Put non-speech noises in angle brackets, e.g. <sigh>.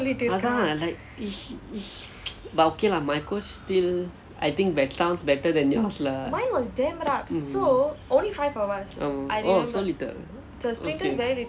அதான்:athaan like <noise> but okay lah my coach still I think bet~ sounds better than yours lah